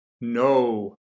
No